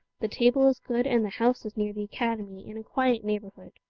the table is good, and the house is near the academy, in a quiet neighborhood.